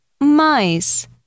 mice